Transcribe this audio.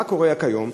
מה קורה כיום?